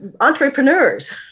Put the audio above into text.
Entrepreneurs